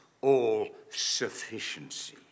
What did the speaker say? all-sufficiency